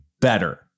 better